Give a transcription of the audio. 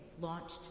launched